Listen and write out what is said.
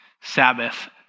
Sabbath